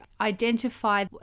identify